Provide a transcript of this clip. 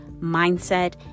mindset